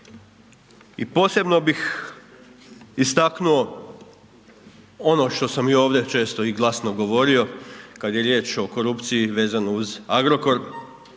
I posebno bih istaknuo ono što sam i ovdje često i glasno govorio kada je riječ o korupciji vezano uz Agrokor,